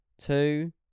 two